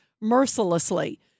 mercilessly